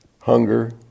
Hunger